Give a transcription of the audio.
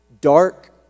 dark